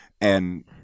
and-